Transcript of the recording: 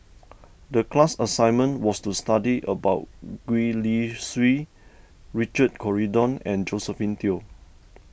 the class assignment was to study about Gwee Li Sui Richard Corridon and Josephine Teo